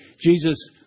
Jesus